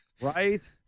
right